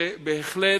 ובהחלט,